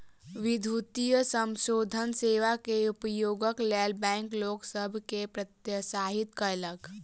विद्युतीय समाशोधन सेवा के उपयोगक लेल बैंक लोक सभ के प्रोत्साहित कयलक